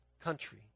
country